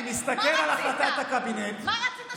אני מסתכל על החלטת הקבינט, מה רצית שנעשה?